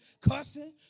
Cussing